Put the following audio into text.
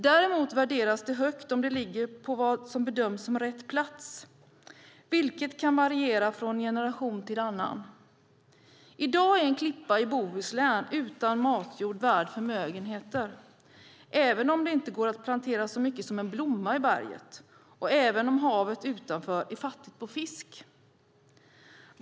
Däremot värderas den högt om den ligger på vad som bedöms som rätt plats, vilket kan variera från en generation till en annan. I dag är en klippa i Bohuslän utan matjord värd förmögenheter, även om det inte går att plantera så mycket som en blomma i berget och även om havet utanför är fattigt på fisk.